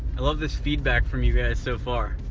i love this feedback from you guys so far.